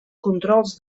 controls